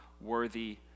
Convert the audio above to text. worthy